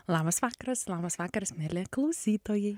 labas vakaras labas vakaras mieli klausytojai